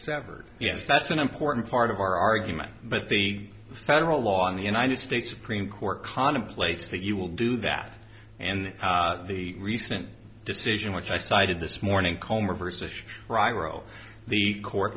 severed yes that's an important part of our argument but the federal law in the united states supreme court contemplates that you will do that and the recent decision which i cited this morning